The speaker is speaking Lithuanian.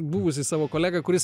buvusį savo kolegą kuris